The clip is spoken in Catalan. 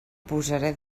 posaré